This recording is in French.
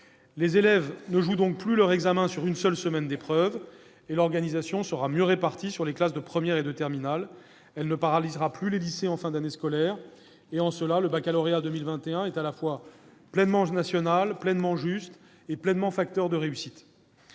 Les élèves ne joueront donc plus leur examen sur une seule semaine d'épreuves. L'organisation sera mieux répartie sur les classes de première et de terminale. Elle ne paralysera plus les lycées en fin d'année scolaire. Aussi, le baccalauréat de 2021 sera à la fois pleinement national, pleinement juste et pleinement facteur de réussite.